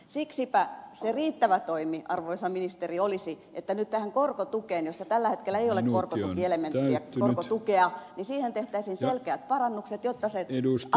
siksipä se riittävä toimi arvoisa ministeri olisi että nyt tähän korkotukeen jossa tällä hetkellä ei ole korkotukielementtiä korkotukea tehtäisiin selkeät parannukset jotta se asunto olisi halvempi